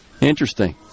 Interesting